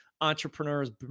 Entrepreneurs